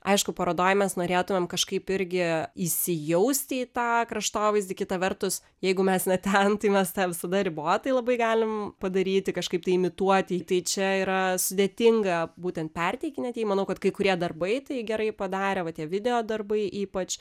aišku parodoj mes norėtumėm kažkaip irgi įsijausti į tą kraštovaizdį kita vertus jeigu mes ne ten tai mes tą visada ribotai labai galim padaryti kažkaip tai imituoti tai čia yra sudėtinga būtent perteikinėti manau kad kai kurie darbai tai gerai padarė va tie videodarbai ypač